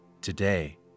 Today